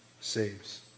saves